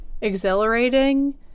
exhilarating